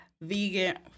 Vegan